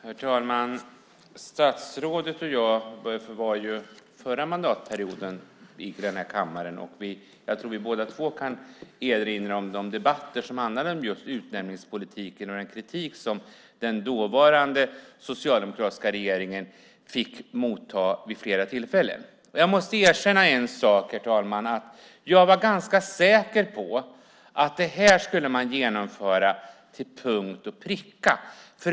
Herr talman! Statsrådet och jag fanns ju också förra mandatperioden i denna kammare. Jag tror att vi båda kan erinra oss de debatter som handlade om just utnämningspolitiken och den kritik som den dåvarande socialdemokratiska regeringen vid flera tillfällen fick motta. Jag måste, herr talman, erkänna att jag var ganska säker på att man till punkt och pricka skulle genomföra det här.